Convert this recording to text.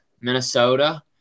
minnesota